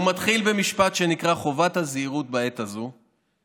הוא מתחיל במשפט שנקרא: "חובת הזהירות בעת הזאת".